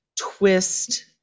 twist